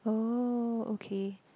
oh okay